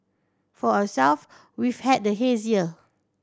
for ourselves we've had the haze year